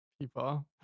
People